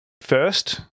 first